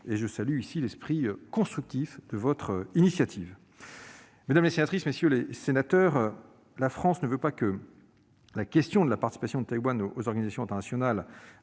Je salue ici l'esprit constructif de votre initiative. Mesdames les sénatrices, messieurs les sénateurs, la France ne veut pas que la question de la participation de Taïwan aux organisations internationales